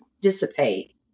dissipate